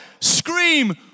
scream